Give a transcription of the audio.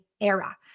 era